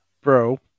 Bro